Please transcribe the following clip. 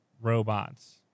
robots